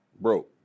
Broke